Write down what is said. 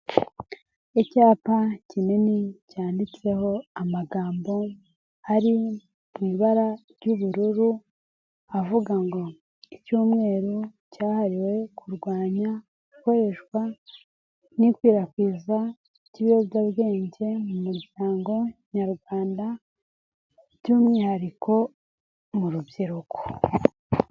icyapa kinini cyanditseho amagambo ari mu ibara ry'ubururu avuga ngo icyumweru cyahariwe kurwanya ikoreshwa n'ikwirakwizwa ry'ibiyobyabwenge mu muryango nyarwanda by'umwihariko mu rubyiruko.